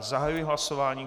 Zahajuji hlasování.